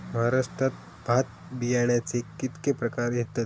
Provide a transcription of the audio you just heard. महाराष्ट्रात भात बियाण्याचे कीतके प्रकार घेतत?